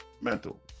Mental